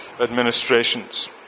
administrations